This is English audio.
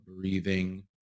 breathing